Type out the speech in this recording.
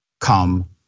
come